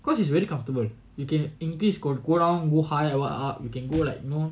cause it's really comfortable you can increase can go down go high up you know